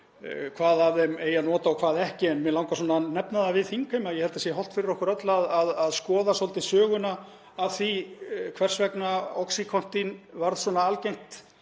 læknadóp — eigi að nota og hvað ekki. En mig langar að nefna það við þingheim að ég held það sé hollt fyrir okkur öll að skoða svolítið söguna af því hvers vegna oxycontin varð svona algengt